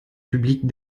publics